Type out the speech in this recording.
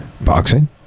Boxing